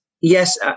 yes